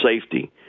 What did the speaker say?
safety